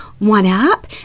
one-up